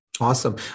Awesome